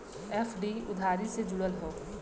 FD उधारी से जुड़ल हौ